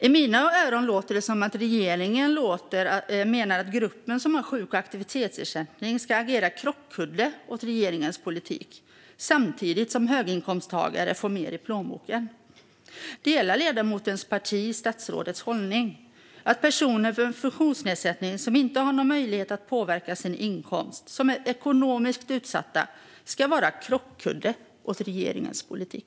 I mina öron låter det som att regeringen menar att gruppen med sjuk och aktivitetsersättning ska agera krockkudde för regeringens politik, samtidigt som höginkomsttagare får mer i plånboken. Delar ledamotens parti statsrådets hållning att personer med funktionsnedsättning som inte har någon möjlighet att påverka sin inkomst och är ekonomiskt utsatta ska vara krockkudde åt regeringens politik?